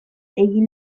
egin